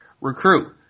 recruit